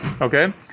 Okay